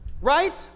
Right